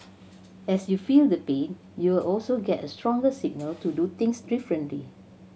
as you feel the pain you will also get a stronger signal to do things differently